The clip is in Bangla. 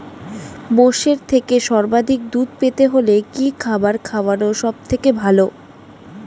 মোষের থেকে সর্বাধিক দুধ পেতে হলে কি খাবার খাওয়ানো সবথেকে ভালো?